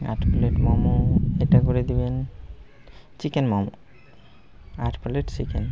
আট প্লেট মোমো এটা করে দিবেন চিকেন মোমো আট প্লেট চিকেন